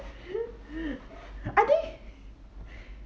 I think